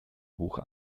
hoch